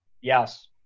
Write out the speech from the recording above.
yes